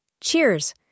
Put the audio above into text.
Cheers